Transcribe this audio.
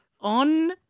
on